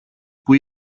που